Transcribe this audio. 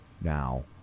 now